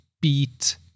beat